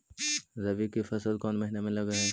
रबी की फसल कोन महिना में लग है?